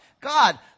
God